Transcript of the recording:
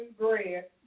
bread